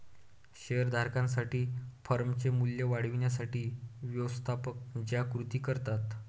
share धारकांसाठी फर्मचे मूल्य वाढवण्यासाठी व्यवस्थापक ज्या कृती करतात